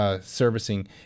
servicing